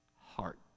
heart